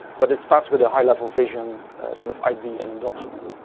but it starts with a high level vision sort of idea in a document,